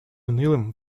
унылым